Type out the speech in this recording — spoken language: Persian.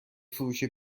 فروش